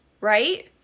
right